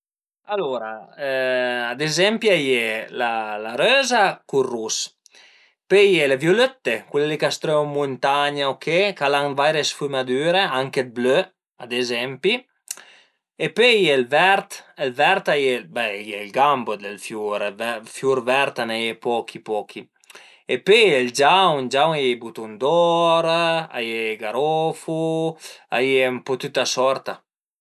Alura ad ezempi a ie la röza cun ël rus, pöi a ie le viulëtte, cule li ch'a së trövu ën muntagna o che, ch'al an vaire sfumadüre, anche ël blö ad ezempi e pöi a ie ël vert, ël vert a ie ël gambo dël fiur, dë fiur vert a i n'a ie pochi pochi e pöi a ie ël giaun, ël giaun a ie ël butun d'or, a ie i garofu, a ie ën po tüta sorta